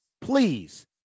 please